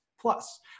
Plus